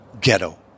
ghetto